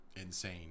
insane